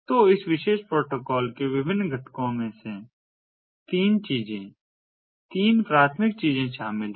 तो इस विशेष प्रोटोकॉल के विभिन्न घटकों में तीन चीजें तीन प्राथमिक चीजें शामिल हैं